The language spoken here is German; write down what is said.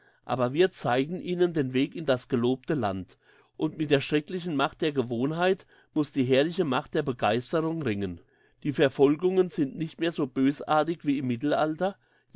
aber wir zeigen ihnen den weg in das gelobte land und mit der schrecklichen macht der gewohnheit muss die herrliche macht der begeisterung ringen die verfolgungen sind nicht mehr so bösartig wie im mittelalter